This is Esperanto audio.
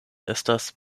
estas